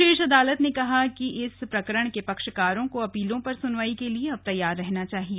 शीर्ष अदालत ने कहा कि इस प्रकरण के पक्षकारों को अपीलों पर सुनवाई के लिए अब तैयार रहना चाहिए